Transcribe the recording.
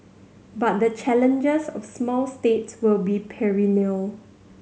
but the challenges of small states will be perennial